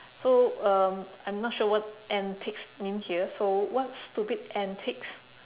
so um I'm not sure what antics mean here so what stupid antics